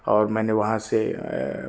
اور میں نے وہاں سے